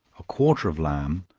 a quarter of lamb,